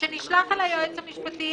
שנשלח ליועץ המשפטי